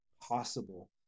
possible